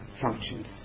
functions